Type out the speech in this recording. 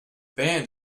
band